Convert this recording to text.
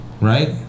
right